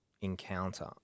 encounter